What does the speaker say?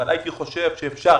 הייתי חושב שאפשר,